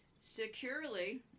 securely